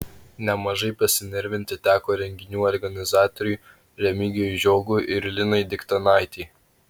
nemažai pasinervinti teko renginių organizatoriui remigijui žiogui ir linai diktanaitei